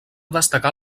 destacar